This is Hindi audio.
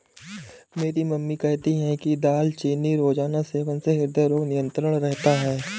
मेरी मम्मी कहती है कि दालचीनी रोजाना सेवन से हृदय रोग नियंत्रित रहता है